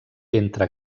entre